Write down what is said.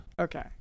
Okay